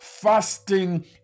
fasting